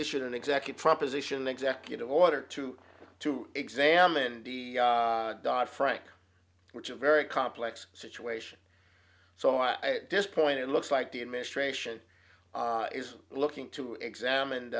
issued an executive proposition executive order two to examine the dot frank rich a very complex situation so i just point it looks like the administration is looking to examined